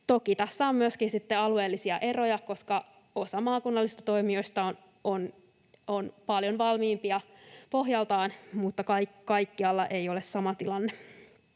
Toki tässä on myöskin alueellisia eroja, koska osa maakunnallisista toimijoista on paljon valmiimpia pohjaltaan, mutta kaikkialla ei ole sama tilanne.